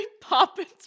Poppins